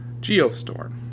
Geostorm